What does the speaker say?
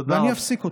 ואני אפסיק אותו.